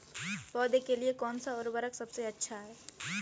पौधों के लिए कौन सा उर्वरक सबसे अच्छा है?